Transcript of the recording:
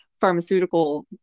pharmaceutical